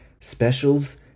specials